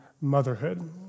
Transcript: motherhood